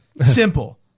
Simple